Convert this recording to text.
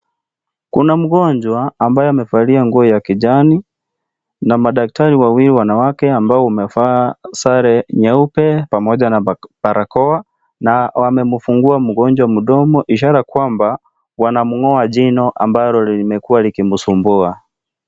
Kuna mgonjwa ambaye amevalia nguo za kijani na madaktari wawili wanawake ambao wamevaa sare nyeupe pamoja na barakoa na wamemfungua mgonjwa mdomo, ishara kwamba wanamng'oa jino ambalo limekuwa likimsumbua.